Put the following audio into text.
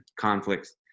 conflicts